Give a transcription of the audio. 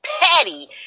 petty